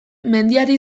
mendiari